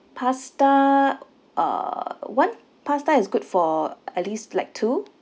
pasta uh one pasta is good for at least like two